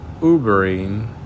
Ubering